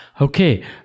Okay